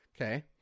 Okay